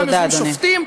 שם יושבים שופטים,